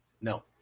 no